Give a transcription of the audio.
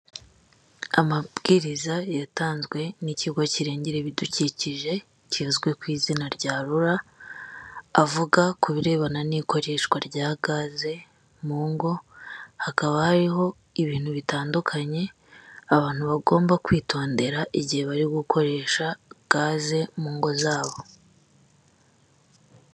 Amabwiriza yatanzwe n'ikigo kirengera ibidukikije kizwi ku izina rya rura, avuga ku birebana n'ikoreshwa rya gaze mu ngo, hakaba hariho ibintu bitandukanye abantu bagomba kwitondera igihe bari gukoresha gaze mu ngo zabo.